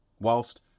Whilst